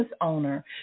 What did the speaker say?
owner